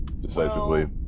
decisively